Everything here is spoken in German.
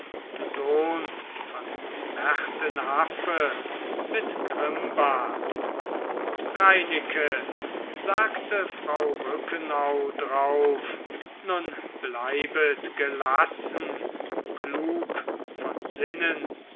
sohn von märtenaffe mit grimbart reineke sagte frau rückenau drauf nun bleibet gelassen klug von sinnen